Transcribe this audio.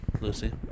Lucy